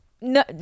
No